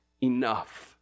enough